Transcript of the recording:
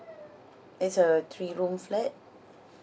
it's a three room flat